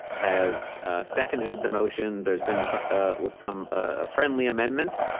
has seconded the motion, there's been some with some ah friendly amendments.